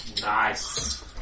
Nice